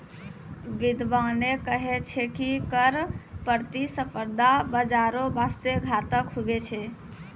बिद्यबाने कही छै की कर प्रतिस्पर्धा बाजारो बासते घातक हुवै छै